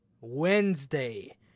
Wednesday